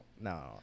no